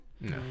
No